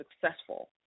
successful